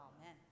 amen